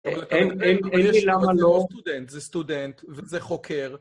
אין לי למה לא. זה סטודנט, זה חוקר.